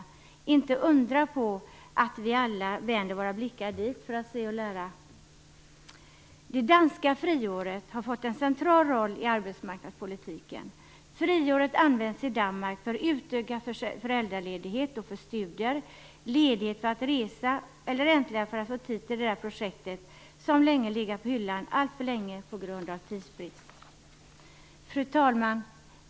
Det är inte att undra på att vi alla vänder våra blickar dit för att se och lära. Det danska friåret har fått en central roll i arbetsmarknadspolitiken. Friåret används i Danmark för utökad föräldraledighet och för studier, ledighet för att resa eller för att äntligen få tid för det där projektet som legat på hyllan alltför länge på grund av tidsbrist. Fru talman!